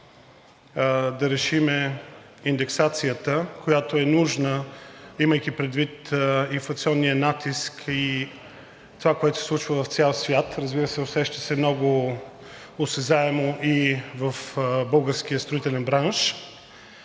да решим индексацията, която е нужна, имайки предвид инфлационния натиск и това, което се случва в цял свят, разбира се, усеща се много осезаемо и в българския строителен бранш.